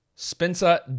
Spencer